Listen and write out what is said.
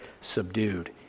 subdued